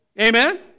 Amen